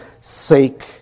sake